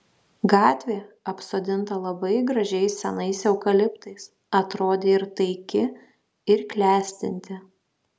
gatvė apsodinta labai gražiais senais eukaliptais atrodė ir taiki ir klestinti